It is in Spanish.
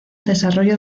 desarrollo